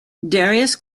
darius